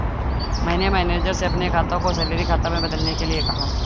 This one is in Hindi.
मैंने मैनेजर से अपने खाता को सैलरी खाता में बदलने के लिए कहा